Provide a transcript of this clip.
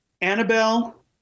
Annabelle